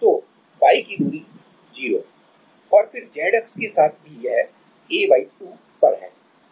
तो Y की दूरी 0 है और फिर Z अक्ष के साथ भी यह a2 है